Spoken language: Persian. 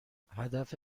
هدف